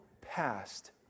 past